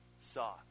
saw